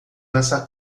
nessa